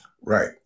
Right